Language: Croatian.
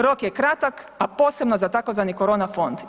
Rok je kratak, a posebno za tzv. korona fond.